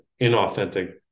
inauthentic